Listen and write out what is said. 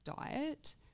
diet